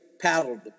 paddled